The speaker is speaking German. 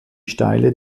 steile